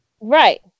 Right